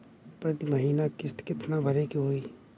प्रति महीना किस्त कितना भरे के होई?